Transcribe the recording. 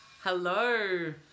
Hello